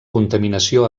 contaminació